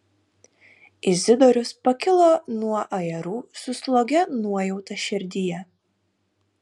izidorius pakilo nuo ajerų su slogia nuojauta širdyje